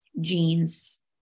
genes